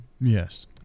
Yes